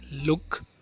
look